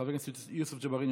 חבר הכנסת יוסף ג'בארין,